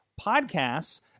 Podcasts